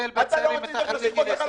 הוסיפו שם, כבר הוסיפו לי.